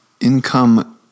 Income